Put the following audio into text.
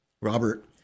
Robert